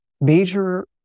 major